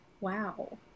wow